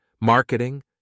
marketing